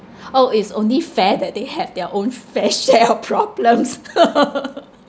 oh it's only fair that they have their own fair share of problems